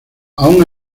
aun